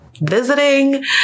visiting